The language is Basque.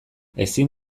ezin